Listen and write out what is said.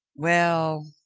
well,